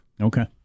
Okay